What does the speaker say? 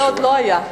עוד לא היה,